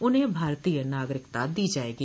उन्हें भारतीय नागरिकता दी जाएगी